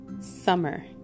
summer